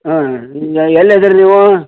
ಹಾಂ ಈಗ ಎಲ್ಲಿ ಅದೀರಿ ನೀವು